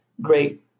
great